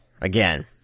again